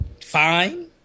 Fine